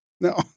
no